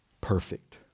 perfect